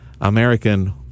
American